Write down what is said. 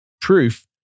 proof